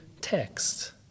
text